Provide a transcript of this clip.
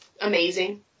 amazing